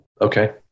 Okay